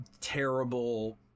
terrible